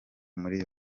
muri